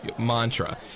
mantra